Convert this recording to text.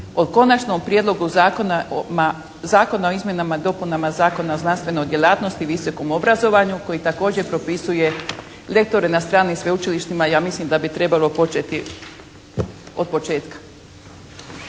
Konačnom prijedlogu zakona o izmjenama i dopunama Zakona o znanstvenoj djelatnosti i visokom obrazovanju koji također propisuje lektore na stranim sveučilištima. Ja mislim da bi trebalo početi od početka.